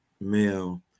male